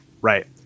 Right